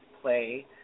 play